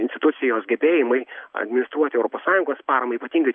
institucijos gebėjimai administruoti europos sąjungos paramą ypatingai